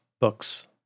books